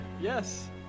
Yes